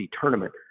tournament